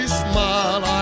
smile